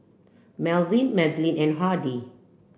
Melvyn Madeline and Hardie